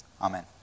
Amen